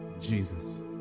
Jesus